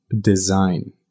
design